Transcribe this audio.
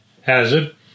hazard